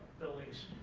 buildings.